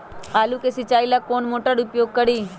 आलू के सिंचाई ला कौन मोटर उपयोग करी?